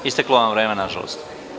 Isteklo vam je vreme nažalost.